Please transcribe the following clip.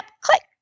Click